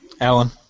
Alan